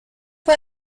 fue